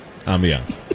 ambiance